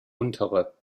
untere